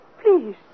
Please